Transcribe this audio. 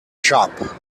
shop